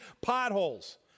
potholes